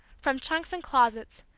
from trunks and closets,